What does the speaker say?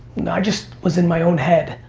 i just was in my own head.